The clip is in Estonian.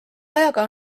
ajaga